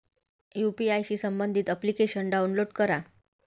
UPI शी संबंधित application download करा